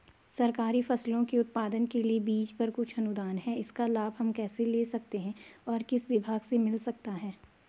सरकारी फसलों के उत्पादन के लिए बीज पर कुछ अनुदान है इसका लाभ हम कैसे ले सकते हैं और किस विभाग से मिल सकता है?